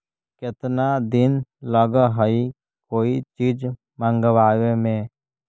केतना दिन लगहइ कोई चीज मँगवावे में?